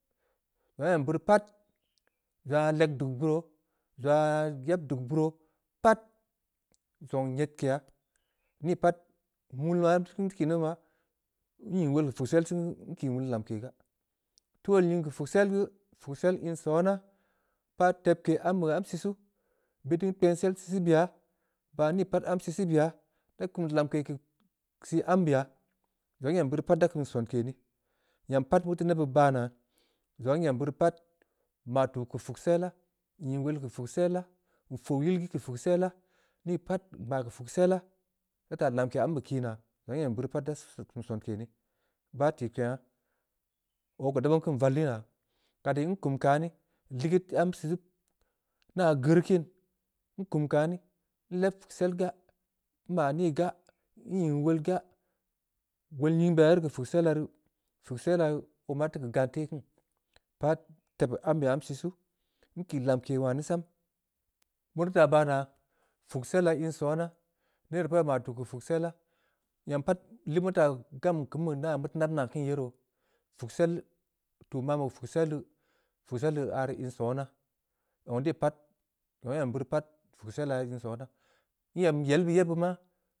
Beuraa em beuri pat, zong aah leg dug beuroo, zong aah yeb duk beu roo, pat zong nyedkeya, ni pat nwul waa ntii kiin, nying woll keu puksel sen geu, nkii nwull lamke gaa, nteu wol nying keu puksel geu, puksel in sona, paah tebke ambe am siisuu bid pin kpensel sisii beya, pah ni pat am sisii beya, nda kum lamke keu sii ambeya, zong aah nyem beurii pat da kum sonke neh, nyam pat beu teu nebbeud baa naa, zong aah nyem beuri ri pat, nma tuu keu puksela, nying wol keu puksela, nfeu yil gii keu pukselaa, sii pat keu puksella, nda taa lamke ambe kii naa, zong aah nyem beurii pat, baa tikpengha. oo ko, da beu keun valli naa, ka dii nkum kani, ligeud am sissii beh, nban geureu keunin, nkum kani, nleb puksel gaa, nma ni gaa, nying woll gaa, wol nying bey arii keu puksell dii, puksella nda ban teu keu gante kinii, pat tebue ambe am sisuu, nkii lamke wane sam, meu rii taa manaa. puksella. inn sona, nere pat oo maa tuu keu puksella, nyam pat lib mu teu gam keumu nab kiinii, puksel keu tuu man be keu puksel aah rii in sona, zond dey pat, zong aag nyem biri pat, puksella rii in sona, nyem yel beud yebbeu maa.